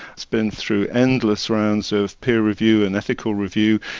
it's been through endless rounds of peer review and ethical review,